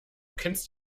kennst